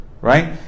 Right